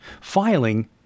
Filing